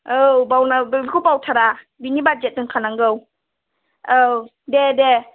औ बावब्लाबो बेखौ बावथारा बिनि बाजेद दोनखानांगौ औ दे दे